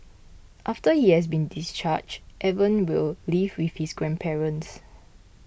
after he has been discharged Evan will live with his grandparents